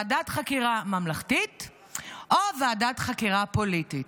ועדת חקירה ממלכתית או ועדת חקירה פוליטית?